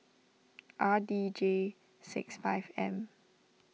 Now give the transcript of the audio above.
R D J six five M